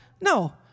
no